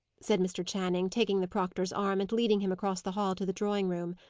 said mr. channing, taking the proctor's arm and leading him across the hall to the drawing-room.